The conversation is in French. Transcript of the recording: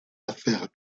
affaires